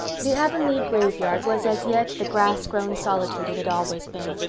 the avonlea graveyard was as yet the grass-grown solitude it had always been.